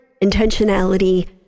intentionality